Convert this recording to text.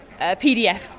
PDF